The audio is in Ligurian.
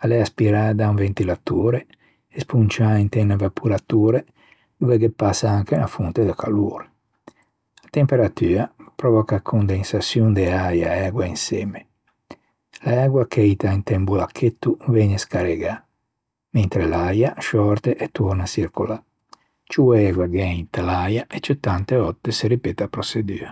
a l'é aspirâ da un ventilatore e sponciâ inte un evaporatore dove ghe passa anche unna fonte de calore. A temperatua a pròvoca condensaçion de äia e ægua insemme. L'ægua cheita inte un bollacchetto a vëgne scarregâ mentre l'äia a sciòrte e torna à çircolâ. Ciù ægua gh'é inte l'äia e ciù tante òtte se ripete a proçedua.